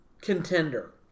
contender